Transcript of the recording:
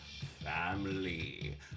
Family